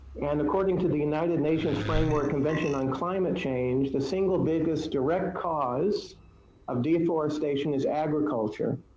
and according to the united nations framework convention on climate change, the single biggest direct cause of deforestation is agriculture.